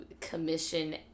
commission